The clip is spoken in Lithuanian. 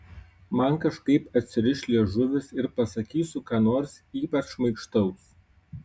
man kažkaip atsiriš liežuvis ir pasakysiu ką nors ypač šmaikštaus